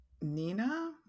Nina